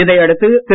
இதையடுத்து திரு